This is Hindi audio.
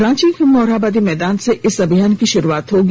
रांची के मोरहाबादी मैदान से इस अभियान की शुरुआत होगी